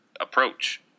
approach